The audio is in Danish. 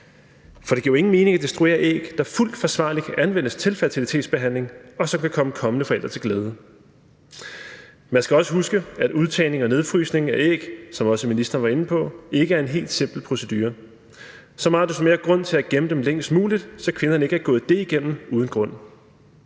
For det giver ingen mening at destruere æg, der fuldt forsvarligt kan anvendes til fertilitetsbehandling, og som kan komme kommende forældre til glæde. Man skal også huske, at udtagninger og nedfrysning af æg, hvad også ministeren var inde på, ikke er en helt simpel procedure. Så meget desto mere grund er der til at gemme dem længst muligt, så kvinderne ikke er gået det igennem uden grund.